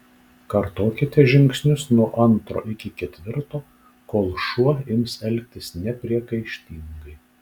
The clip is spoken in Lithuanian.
kartokite žingsnius nuo antro iki ketvirto kol šuo ims elgtis nepriekaištingai